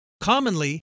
Commonly